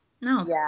no